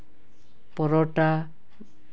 ᱯᱚᱨᱚᱴᱟ